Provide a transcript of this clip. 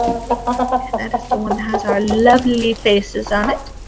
that is the one has our lovely faces on it.